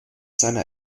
seiner